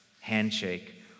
handshake